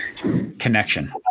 connection